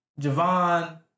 Javon